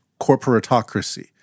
corporatocracy